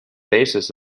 basis